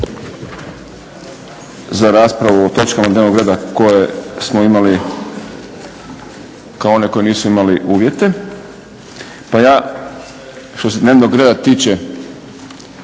za raspravu o točkama dnevnog reda koje smo imali kao one koji nisu imali uvjete, pa ja što se dnevnog reda tiče